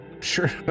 sure